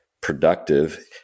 productive